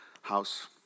house